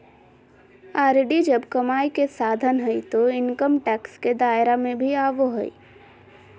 RD जब कमाई के साधन हइ तो इनकम टैक्स के दायरा में भी आवो हइ